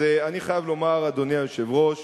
אני חייב לומר, אדוני היושב-ראש,